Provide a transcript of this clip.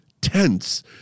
tense